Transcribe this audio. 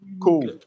cool